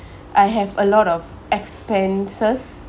I have a lot of expenses